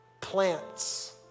Plants